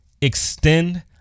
Extend